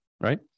right